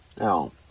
Now